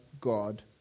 God